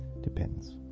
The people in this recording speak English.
Depends